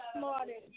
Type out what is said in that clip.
morning